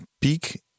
peak